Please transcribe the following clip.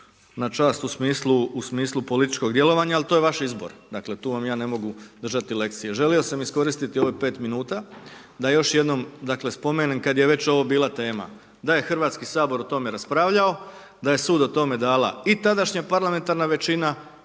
na čast u smislu političkog djelovanja, ali to je vaš izbor, dakle, tu vam ja ne mogu držati lekcije. Želio sam iskoristiti ovih 5 min, da još jednom spomenem, kada je već ovo bila tema, da je Hrvatski sabor o tome raspravljao, da je sud o tome dala i tadašnja parlamentarna većina